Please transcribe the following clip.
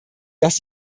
dass